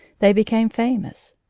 they became famous.